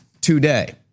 today